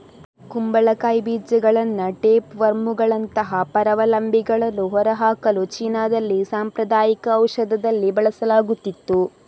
ಕುಂಬಳಕಾಯಿ ಬೀಜಗಳನ್ನ ಟೇಪ್ ವರ್ಮುಗಳಂತಹ ಪರಾವಲಂಬಿಗಳನ್ನು ಹೊರಹಾಕಲು ಚೀನಾದಲ್ಲಿ ಸಾಂಪ್ರದಾಯಿಕ ಔಷಧದಲ್ಲಿ ಬಳಸಲಾಗುತ್ತಿತ್ತು